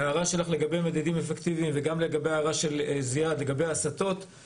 ההערה שלך לגבי מדדים אפקטיביים וגם ההערה של זיאד לגבי ההסתות,